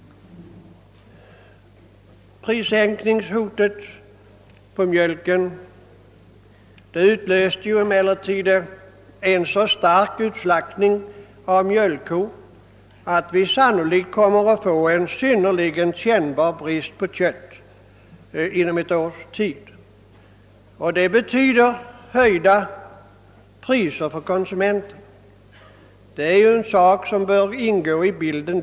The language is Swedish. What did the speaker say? Prissänkningshotet beträffande mjölken utlöste en så stark utslaktning av mjölkkor att vi sannolikt kommer att få en kännbar brist på kött inom ett år. Det betyder höjda priser för konsumenterna. Detta förhållande bör ingå i bilden.